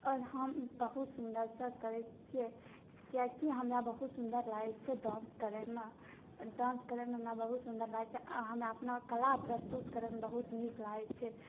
आओर हम बहुत सुन्दरसँ करैत छियै कियाकी हमरा बहुत सुन्दर लागै छै डान्स करै मे डान्स करै मे हमरा बहुत सुन्दर लागै छै आ हमरा अपना कला प्रस्तुतकरैमे नीक लागै छै